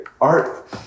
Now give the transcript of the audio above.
Art